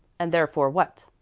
and therefore what?